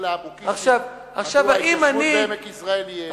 לאבו קישק מדוע ההתיישבות בעמק יזרעאל היא,